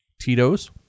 Tito's